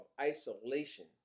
isolation